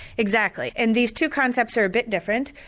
exactly. and these two concepts are a bit different,